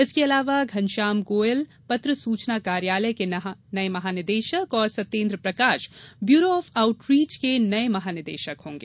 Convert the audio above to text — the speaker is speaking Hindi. इसके अलावा घनश्याम गोयल पत्र सूचना कार्यालय के नये महानिदेशक और Satyendra Prakash bureau of outreach के नये महानिदेशक होंगे